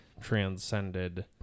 transcended